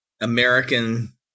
American